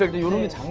the leaves?